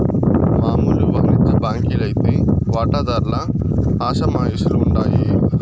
మామూలు వానిజ్య బాంకీ లైతే వాటాదార్ల అజమాయిషీల ఉండాయి